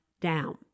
down